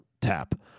tap